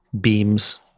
beams